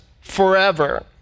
forever